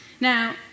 Now